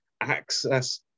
access